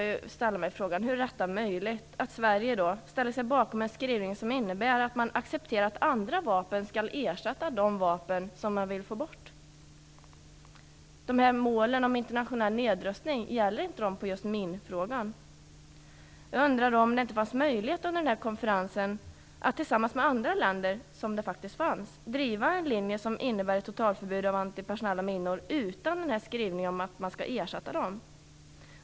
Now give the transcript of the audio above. Hur är det möjligt att Sverige ställer sig bakom en skrivning som innebär att man accepterar att andra vapen skall ersätta de vapen som man vill få bort? Gäller inte målen om internationell nedrustning för just minor? Fanns det inte möjlighet under konferensen att tillsammans med andra länder driva en linje som innebär ett totalförbud mot antipersonella minor, utan denna skrivning om att man skall ersätta dem?